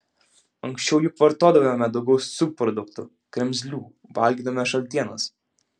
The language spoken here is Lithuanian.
anksčiau juk vartodavome daugiau subproduktų kremzlių valgydavome šaltienas